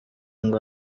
ngo